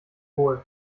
wohl